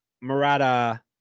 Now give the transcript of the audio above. murata